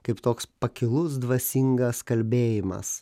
kaip toks pakilus dvasingas kalbėjimas